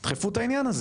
דחפו את העניין הזה